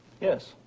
Yes